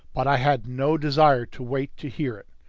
but i had no desire to wait to hear it.